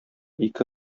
ике